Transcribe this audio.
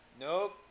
Nope